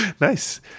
nice